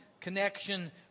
connection